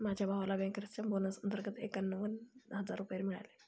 माझ्या भावाला बँकर्सच्या बोनस अंतर्गत एकावन्न हजार रुपये मिळाले